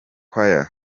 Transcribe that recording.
choir